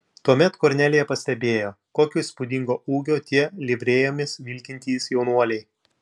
tuomet kornelija pastebėjo kokio įspūdingo ūgio tie livrėjomis vilkintys jaunuoliai